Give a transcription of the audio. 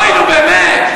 אוי, נו, באמת.